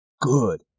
good